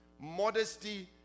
modesty